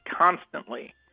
constantly